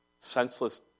senseless